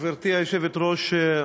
גברתי היושבת-ראש,